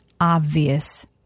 obvious